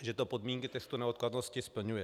že to podmínky testu neodkladnosti splňuje.